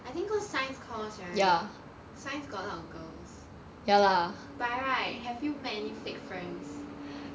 I think cause science course right science got a lot of girls but right have you met any fake friends